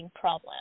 problem